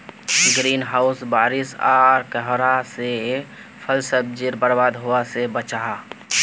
green house बारिश आर कोहरा से फल सब्जिक बर्बाद होवा से बचाहा